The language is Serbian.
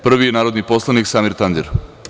Prvi je narodni poslanik Samir Tandir.